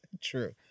True